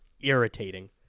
irritating